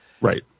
Right